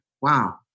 wow